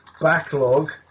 backlog